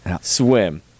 Swim